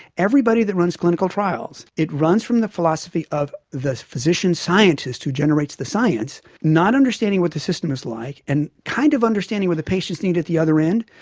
everybody that runs clinical trials, it runs from the philosophy of the physician scientist who generates the science not understanding what the system is like and kind of understanding what the patients need at the other end,